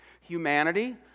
Humanity